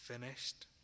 finished